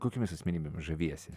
kokiomis asmenybėmis žaviesi